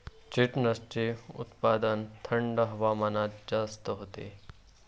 चेस्टनटचे उत्पादन थंड हवामानात जास्त होते